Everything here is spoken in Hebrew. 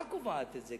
גם התורה קובעת את זה,